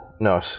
No